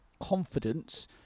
confidence